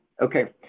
Okay